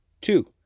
Two